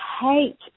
hate